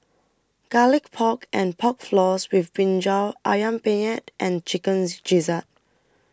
Garlic Pork and Pork Floss with Brinjal Ayam Penyet and Chicken Gizzard